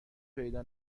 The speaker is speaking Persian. پیدا